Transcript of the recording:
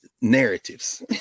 Narratives